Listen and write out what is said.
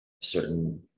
certain